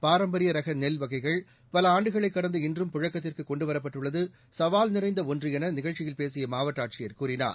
பாரம்பரிய ரக நெல் வகைகள் பல ஆண்டுகளை கடந்து இன்றும் புழக்கத்திற்கு கொண்டுவரப்பட்டுள்ளது சவால் நிறைந்த ஒன்று என நிகழ்ச்சியில் பேசிய மாவட்ட ஆட்சியர் கூறினார்